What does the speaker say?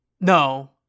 no